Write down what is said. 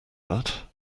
that